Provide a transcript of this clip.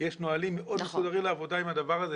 כי יש נהלים מאוד מסודרים לעבודה עם הדבר הזה,